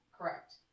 correct